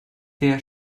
der